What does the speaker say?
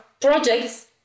projects